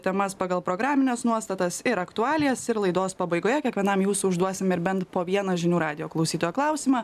temas pagal programines nuostatas ir aktualijas ir laidos pabaigoje kiekvienam jūsų užduosime ir bent po vieną žinių radijo klausytojo klausimą